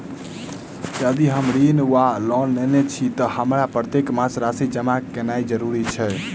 यदि हम ऋण वा लोन लेने छी तऽ हमरा प्रत्येक मास राशि जमा केनैय जरूरी छै?